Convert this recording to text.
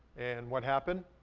and what happened?